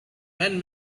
when